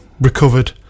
recovered